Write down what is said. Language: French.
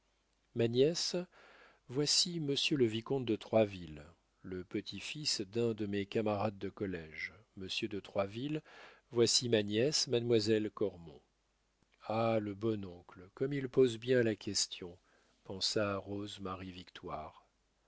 ma nièce voici monsieur le vicomte de troisville le petit-fils d'un de mes camarades de collége monsieur de troisville voici ma nièce mademoiselle cormon ah le bon oncle comme il pose bien la question pensa rose marie victoire le vicomte